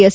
S